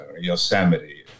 Yosemite